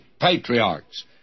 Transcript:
patriarchs